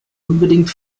unbedingt